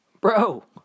Bro